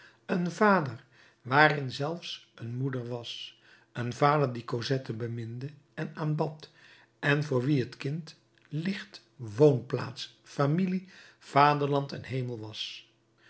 een vader waarin zelfs een moeder was een vader die cosette beminde en aanbad en voor wien het kind licht woonplaats familie vaderland en hemel was